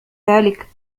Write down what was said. ذلك